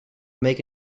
make